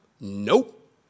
Nope